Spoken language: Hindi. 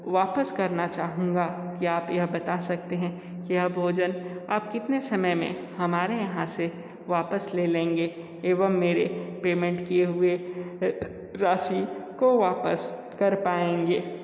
वापस करना चाहूँगा क्या आप यह बता सकते है कि यह भोजन आप कितने समय मे हमारे यहाँ से वापस ले लेंगे एवं मेरे पेमेंट किए हुए राशि को वापस कर पाएंगे